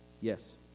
Yes